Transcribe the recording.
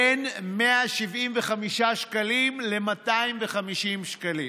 בין 175 שקלים ל-250 שקלים.